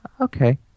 Okay